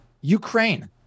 Ukraine